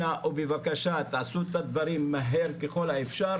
אנא ובבקשה תעשו את הדברים מהר ככל האפשר,